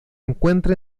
encuentra